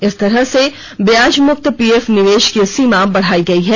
इस तरह से ब्याज मुक्त पीएफ निवेश की सीमा बढ़ाई गई है